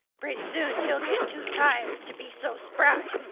pretty soon he'll get too tired to be so spry,